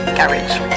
garage